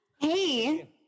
Hey